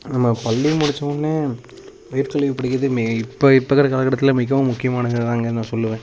நம்ம பள்ளி முடிச்ச உடனே மேற்கல்வி படிக்கிறது மே இப்போ இப்போ இருக்கிற காலக்கட்டத்தில் மிகவும் முக்கியமானதுன்தாங்க நான் சொல்லுவேன்